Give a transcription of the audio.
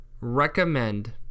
recommend